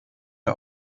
der